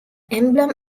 emblem